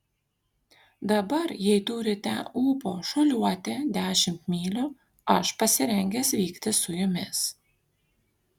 dabar jei turite ūpo šuoliuoti dešimt mylių aš pasirengęs vykti su jumis